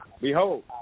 Behold